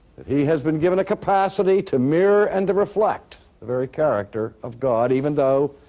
that he has been given a capacity to mirror and to reflect the very character of god even though,